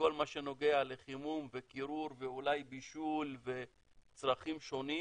בכל מה שנוגע לחימום וקירור ואולי בישול וצרכים שונים,